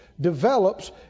develops